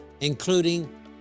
including